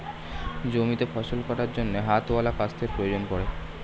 জমিতে ফসল কাটার জন্য হাতওয়ালা কাস্তের প্রয়োজন পড়ে